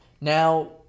Now